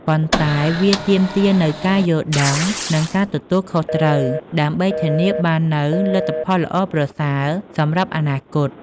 ប៉ុន្តែវាទាមទារនូវការយល់ដឹង និងការទទួលខុសត្រូវ ដើម្បីធានាបាននូវលទ្ធផលល្អប្រសើរសម្រាប់អនាគត។